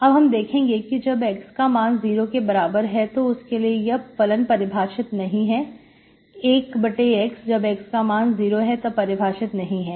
अब हम देखेंगे कि जब x का मान 0 के बराबर है तो उसके लिए यह फलन परिभाषित नहीं है एक बटे x जब x का मान 0 है तब परिभाषित नहीं है